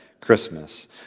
Christmas